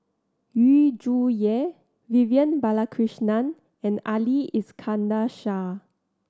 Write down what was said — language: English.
Yu Zhuye Vivian Balakrishnan and Ali Iskandar Shah